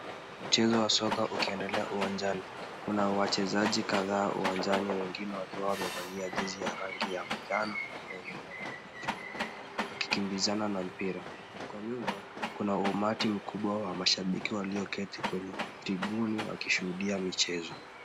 Mchezo wa soko ukiendelea uwanjani, kuna wachezaji kadhaa uwanjani wengine wakiwa wamevalia jezi ya rangi ya njano wakikimbizana na mpira. Kwa nyuma kuna umati mkubwa wa mashabiki walio keti kwenye jibunu wakishuhudia mchezo.